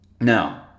Now